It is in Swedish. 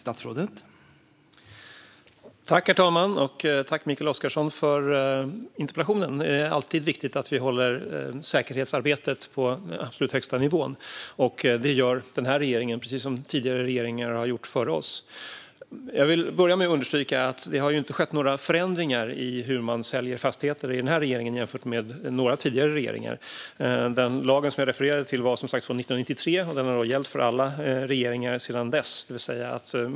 Herr talman! Jag vill tacka Mikael Oscarsson för interpellationen. Det är alltid viktigt att hålla säkerhetsarbetet på absolut högsta nivå. Det gör den här regeringen, precis som tidigare regeringar har gjort före oss. Jag vill börja med att understryka att det inte har skett några förändringar när det gäller hur man säljer fastigheter under den här regeringen jämfört med några tidigare regeringar. Lagen som jag refererade till är som sagt från 1993 och har gällt för alla regeringar sedan dess.